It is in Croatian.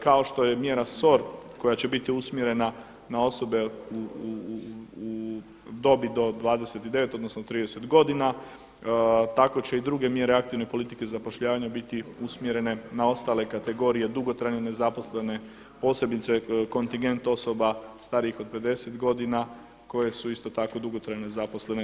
Kao što je mjera SOR koja će biti usmjerena na osobe u dobi do 29 odnosno 30 godina, tako će i druge mjere aktivne politike zapošljavanja biti usmjerene na ostale kategorije dugotrajne nezaposlene, posebice kontingent osoba starijih od 50 godina koje su isto tako dugotrajno nezaposlene.